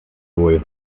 wohl